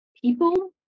people